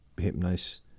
hypnosis